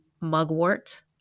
mugwort